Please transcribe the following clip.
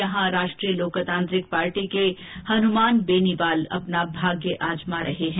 यहां राष्ट्रीय लोकतांत्रिक पार्टी के हनुमान बेनीवाल अपना भाग्य आजमा रहे है